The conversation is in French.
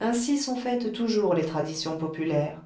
ainsi sont faites toujours les traditions populaires